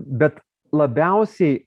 bet labiausiai